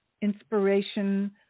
inspiration